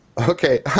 okay